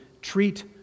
treat